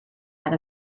out